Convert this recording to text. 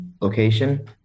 location